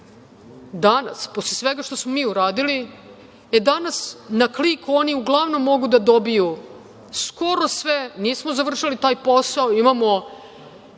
danas, posle svega što smo mi uradili, na klik oni uglavnom mogu da dobiju skoro sve, nismo završili taj posao, imamo